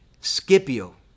Scipio